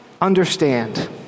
understand